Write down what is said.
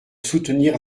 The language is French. soutenir